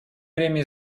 время